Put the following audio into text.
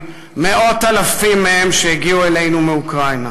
מאות אלפים מהם הגיעו אלינו מאוקראינה.